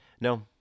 no